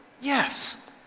Yes